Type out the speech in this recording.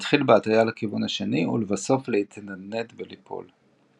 להתחיל בהטיה לכיוון השני ולבסוף להתנדנד וליפול.